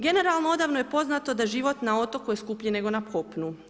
Generalno, odavno je poznato da život na otoku je skuplji nego na kopnu.